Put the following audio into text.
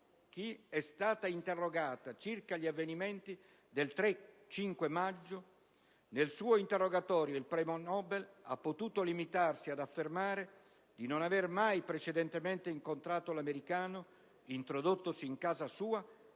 Kyi è stata interrogata circa gli avvenimenti del 3-5 maggio; nel suo interrogatorio il premio Nobel ha potuto limitarsi ad affermare di non aver mai precedentemente incontrato l'americano introdottosi in casa sua,